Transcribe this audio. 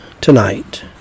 tonight